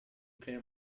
clear